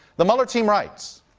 the mueller team writes,